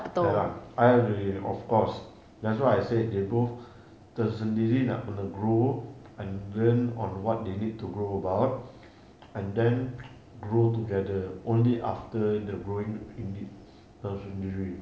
ya lah I agree of course that's why I said they both tersendiri nak kena grow and learn on what they need to grow about and then grow together only after the growing indeed tersendiri